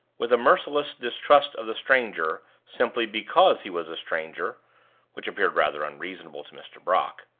with a merciless distrust of the stranger simply because he was a stranger which appeared rather unreasonable to mr. brock,